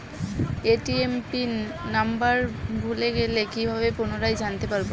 ATM pin number ভুলে গেলে কি ভাবে পুনরায় জানতে পারবো?